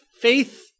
faith